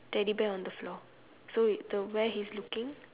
teddy bear on the floor so the where he's looking